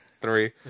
Three